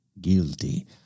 Guilty